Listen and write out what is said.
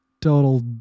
total